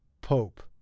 Pope